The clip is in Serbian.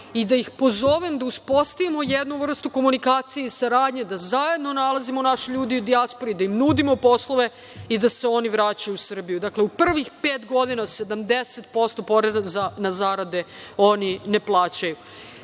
i da ih pozovem da uspostavimo jednu vrstu komunikacije i saradnje da zajedno nalazimo naše ljude u dijaspori, da im nudimo poslove i da se oni vraćaju u Srbiju. Dakle, u prvih pet godina 70% poredak za na zarade oni ne plaćaju. Takođe,